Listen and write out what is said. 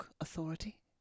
Authority